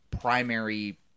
primary